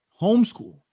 homeschool